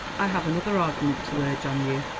i have another argument to urge on you.